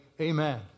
amen